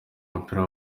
w’umupira